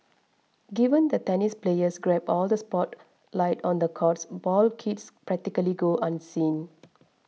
given that tennis players grab all the spotlight on the courts ball kids practically go unseen